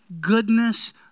goodness